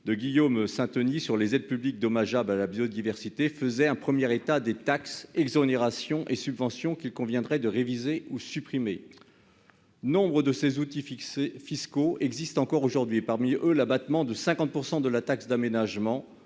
de Guillaume Sainteny sur les aides publiques dommageables à la biodiversité de 2011 faisait un premier état des taxes, exonérations et subventions qu'il conviendrait de réviser ou supprimer. Nombre de ces outils fiscaux existent encore aujourd'hui, et parmi eux l'abattement de 50 % de la taxe d'aménagement